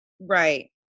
Right